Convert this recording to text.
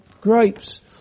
grapes